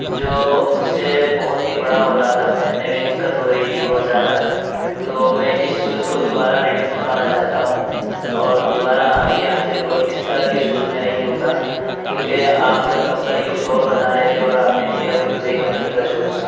جو مجھ سے بہت ہی بڑا ہو رہا تھا پہننے میں دقت ہو رہی تھی بہت زیادہ تو میں اِس شوز کو دوبارہ رٹرن کروانا چاہتا ہوں اور دوبارہ آپ کے یہاں سے کوئی اِس طرح کے شوز میں نہیں لوں گا کیونکہ آپ کمپنی کچھ اور بتا رہے تھے اور آپ نے دیا کوئی دوسری کمپنی کا شوز